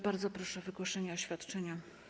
Bardzo proszę o wygłoszenie oświadczenia.